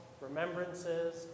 remembrances